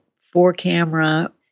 four-camera